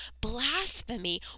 Blasphemy